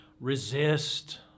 Resist